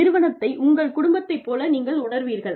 நிறுவனத்தை உங்கள் குடும்பத்தைப் போல நீங்கள் உணர்வீர்கள்